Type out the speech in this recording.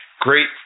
great